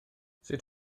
sut